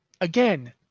again